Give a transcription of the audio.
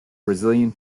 brazilian